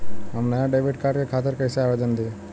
हम नया debit card के खातिर कइसे आवेदन दीं?